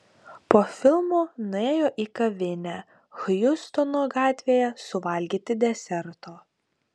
po filmo nuėjo į kavinę hjustono gatvėje suvalgyti deserto